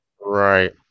Right